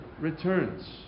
returns